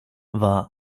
war